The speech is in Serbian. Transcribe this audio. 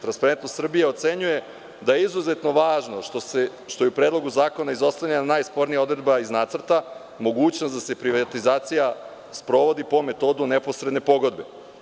Transparentnost Srbija“ ocenjuje da je izuzetno važno što je u predlogu zakona izostavljena najspornija odredba iz nacrta, mogućnost da se privatizacija sprovodi po metodu neposredne pogodbe.